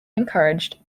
encouraged